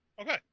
Okay